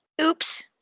Oops